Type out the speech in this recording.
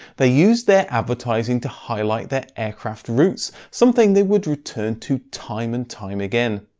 they used their advertising to highlight their aircraft roots, something they would return to time and time again.